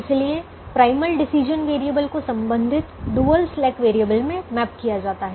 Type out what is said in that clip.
इसलिए primal decision variable को संबंधित डुअल स्लैक वेरिएबल में मैप किया जाता है